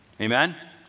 Amen